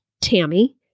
Tammy